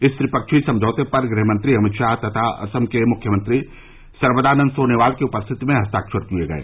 इस त्रिपक्षीय समझौते पर गृहमंत्री अमित शाह तथा असम के मुख्यमंत्री सर्वानंद सोनोवाल की उपस्थिति में हस्ताक्षर किए गये